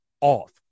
Off